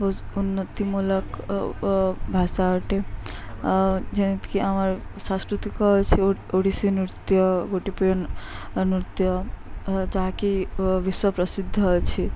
ଉନ୍ନତିମୂଳକ ଭାଷା ଅଟେ ଯେମିତିକି ଆମର ସାଂସ୍କୃତିକ ଅଛି ଓଡ଼ିଶୀ ନୃତ୍ୟ ଗୋଟି ପୁଅ ନୃତ୍ୟ ଯାହାକି ବିଶ୍ୱ ପ୍ରସିଦ୍ଧ ଅଛି